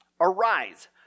Arise